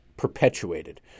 perpetuated